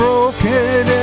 Broken